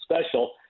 special